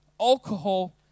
Alcohol